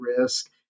risk